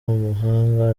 umuhanga